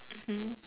mmhmm